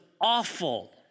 awful